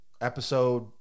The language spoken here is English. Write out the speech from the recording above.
episode